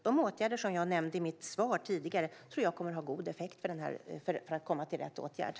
De åtgärder som jag nämnde i mitt tidigare svar tror jag kommer att ha god effekt för att komma till rätt resultat.